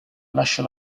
lascia